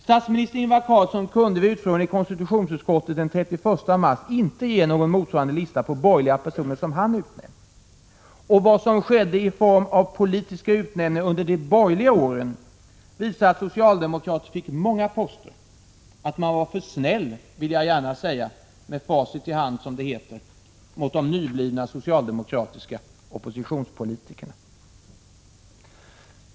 Statsminister Ingvar Carlsson kunde vid utfrågningen i konstitutionsutskottet den 31 mars inte ge någon motsvarande lista på borgerliga personer som han utnämnt. Vad som skedde i form av politiska utnämningar under de borgerliga åren visar att socialdemokraterna fick många poster, att man var för snäll, vill jag gärna säga med facit i hand som det heter, mot de nyblivna socialdemokratis 179 ka oppositionspolitikerna.